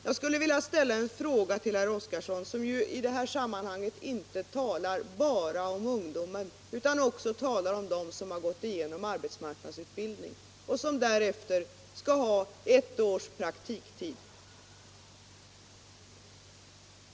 Jag skulle vilja ställa en fråga till Gunnar Oskarson, som i detta sammanhang inte talar bara om ungdomar utan också om dem som har gått igenom arbetsmarknadsutbildning och som därefter skall ha ett års praktiktid.